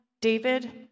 David